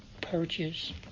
purchase